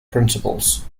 principles